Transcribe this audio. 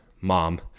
mom